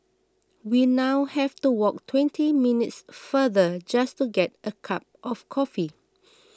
we now have to walk twenty minutes farther just to get a cup of coffee